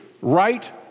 right